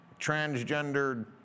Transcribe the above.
transgendered